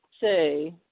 say